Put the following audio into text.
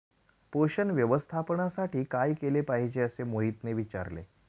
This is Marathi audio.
पोषण व्यवस्थापनासाठी काय केले पाहिजे असे मोहितने विचारले?